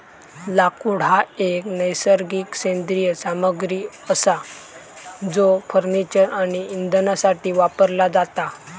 लाकूड हा एक नैसर्गिक सेंद्रिय सामग्री असा जो फर्निचर आणि इंधनासाठी वापरला जाता